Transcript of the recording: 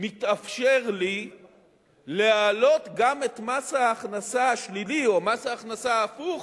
מתאפשר לי להעלות גם את מס ההכנסה השלילי או מס ההכנסה ההפוך